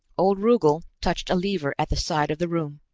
old rugel touched a lever at the side of the room.